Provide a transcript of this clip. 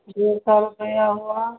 डेढ़ सौ रुपया हुआ